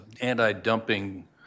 anti-dumping